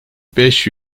beş